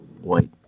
white